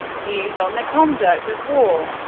views on the conduct of war